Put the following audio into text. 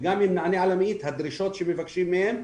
וגם אם נענה על מאית הדרישות של מה שמבקשים מהם,